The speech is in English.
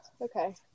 okay